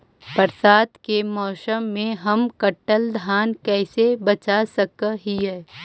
बरसात के मौसम में हम कटल धान कैसे बचा सक हिय?